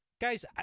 Guys